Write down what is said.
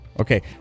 Okay